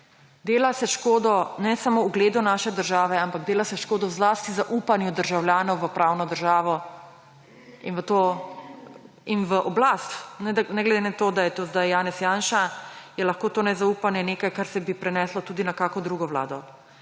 Dela se škoda ne samo ugledu naše države, ampak dela se škoda zlasti zaupanju državljanov v pravno državo in v oblast. Ne glede na to, da je to zdaj Janez Janša, je lahko to nezaupanje nekaj, kar se bi preneslo tudi na kakšno drugo vlado.